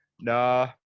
Nah